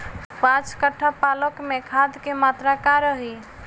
पाँच कट्ठा पालक में खाद के मात्रा का रही?